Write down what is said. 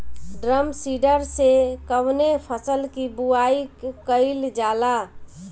Drum seeder से कवने फसल कि बुआई कयील जाला?